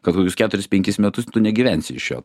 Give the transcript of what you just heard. kad kokius keturis penkis metus tu negyvensi iš jo